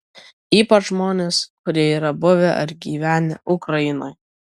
ypač žmonės kurie yra buvę ar gyvenę ukrainoje